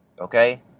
okay